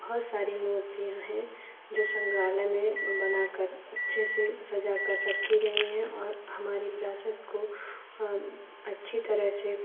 बहुत सारी मूर्तियाँ हैं जो संग्राहालय में बनाकर अच्छे से सजाकर रखी गईं हैं और हमारी विरासत को अच्छी तरह से